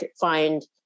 find